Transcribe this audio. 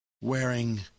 wearing